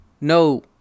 No